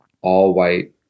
all-white